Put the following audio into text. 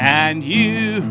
and you